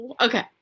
Okay